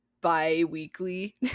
bi-weekly